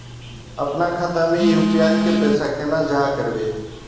अपना खाता में यू.पी.आई के पैसा केना जाहा करबे?